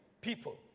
people